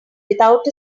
without